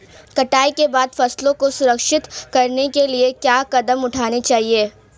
कटाई के बाद फसलों को संरक्षित करने के लिए क्या कदम उठाने चाहिए?